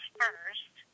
first